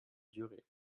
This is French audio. durer